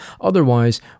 Otherwise